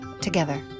together